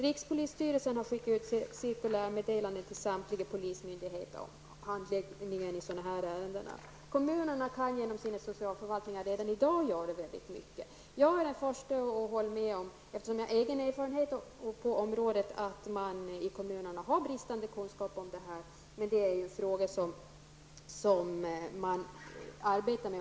Rikspolisstyrelsen har skickat ut cirkulärmeddelande till samtliga polismyndigheter och handläggare av dessa ärenden. Kommunerna kan genom sina socialförvaltningar redan i dag göra väldigt mycket. Eftersom jag har egen erfarenhet på detta område är jag den första att hålla med om att man i kommunerna har bristande kunskap på. Men detta är en fråga som man arbetar med.